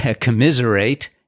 commiserate